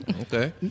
Okay